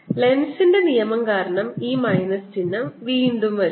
ലെൻസിന്റെ നിയമം കാരണം ഈ മൈനസ് ചിഹ്നം വീണ്ടും വരുന്നു